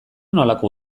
nolako